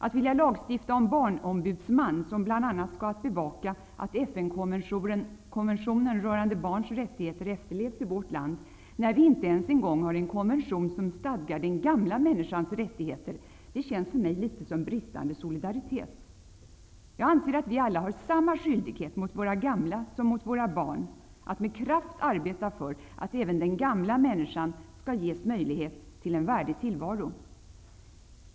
Att vilja lagstifta om en barnombudsman, som bl.a. skall bevaka att FN-konventionen rörande barns rättigheter efterlevs i vårt land, när vi inte ens en gång har en konvention som stadgar den gamla människans rättigheter, känns för mig som bristande solidaritet. Jag anser att vi alla har samma skyldighet mot våra gamla som mot våra barn, att med kraft arbeta för att även den gamla människan skall ges möjlighet till en värdig tillvaro.